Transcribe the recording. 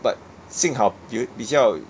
but 幸好比比较